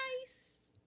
nice